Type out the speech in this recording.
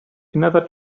another